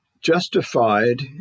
justified